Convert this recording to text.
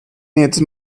needs